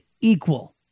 equal